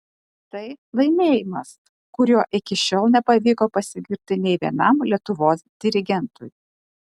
tai laimėjimas kuriuo iki šiol nepavyko pasigirti nei vienam lietuvos dirigentui